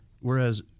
Whereas